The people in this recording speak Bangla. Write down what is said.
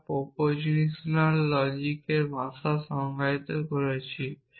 আমরা প্রপোজিশনাল লজিকের ভাষা সংজ্ঞায়িত করেছি